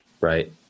right